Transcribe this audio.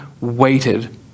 waited